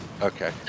okay